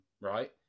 right